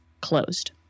closed